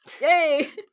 Yay